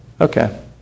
Okay